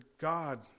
God